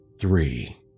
three